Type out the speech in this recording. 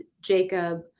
Jacob